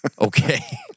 Okay